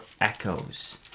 echoes